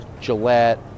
Gillette